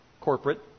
corporate